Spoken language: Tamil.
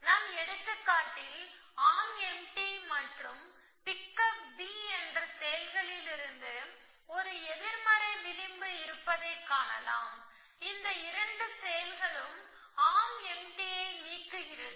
நம் எடுத்துக்காட்டில் ஆர்ம் எம்டி மற்றும் மற்றும் பிக்கப் b என்ற செயல்களிலிருந்து ஒரு எதிர்மறை விளிம்பு இருப்பதைக் காணலாம் இந்த இரண்டு செயல்களும் ஆர்ம் எம்டியை நீக்குகிறது